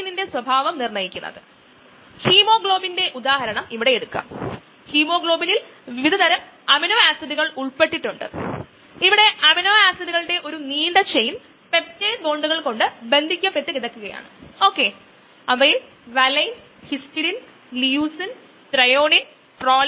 ജെല്ലുകൾ nano കണികകൾ ചെറിയ ഉപരിതലങ്ങൾ എന്നിവയിലും ഇവ അസ്ഥിരമാണ് ഈ എൻസൈമുകൾ ഉചിതമായി ചെയ്യുമ്പോൾ കീടനാശിനികൾ അല്ലെങ്കിൽ ഹെവി ലോഹങ്ങൾ എന്നിവ കണ്ടെത്തുന്നതിനും ഗ്ലൂക്കോസ് പോലുള്ള വിശകലനത്തിനും ബയോ സെൻസറുകളായി ആയി ഉപയോഗിക്കാം